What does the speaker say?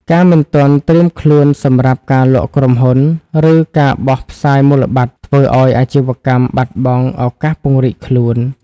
ការមិនទាន់ត្រៀមខ្លួនសម្រាប់ "ការលក់ក្រុមហ៊ុន" ឬ "ការបោះផ្សាយមូលបត្រ" ធ្វើឱ្យអាជីវកម្មបាត់បង់ឱកាសពង្រីកខ្លួន។